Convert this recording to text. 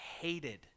hated